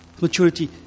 maturity